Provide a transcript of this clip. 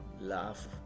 Laugh